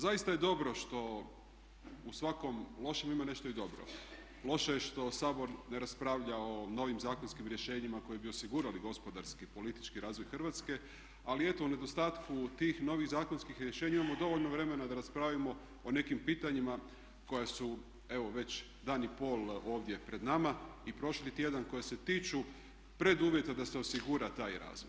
Zaista je dobro što u svakom lošem ima nešto i dobro. loše je što Sabor ne raspravlja o novim zakonskim rješenjima koji bi osigurali gospodarski i politički razvoj Hrvatske ali eto u nedostatku tih novih zakonskih rješenja imamo dovoljno vremena da raspravimo o nekim pitanjima koja su evo već dan i pol ovdje pred nama i prošli tjedan koja se tiču preduvjeta da se osigura taj razvoj.